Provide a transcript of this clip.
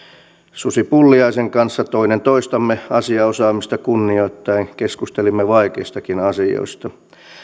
susi pulliaisen kanssa toinen toisemme asiaosaamista kunnioittaen keskustelimme vaikeistakin asioista